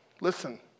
listen